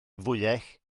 fwyell